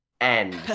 end